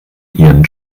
ihren